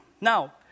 Now